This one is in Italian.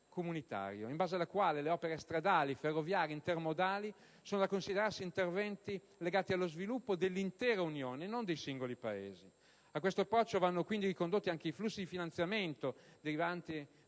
comunitario", in base alla quale le opere stradali, ferroviarie, intermodali sono da considerarsi interventi legati allo sviluppo dell'intera Unione, e non dei singoli Paesi. A questo approccio vanno quindi ricondotti anche i flussi di finanziamento derivanti